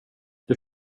det